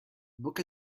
book